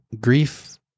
grief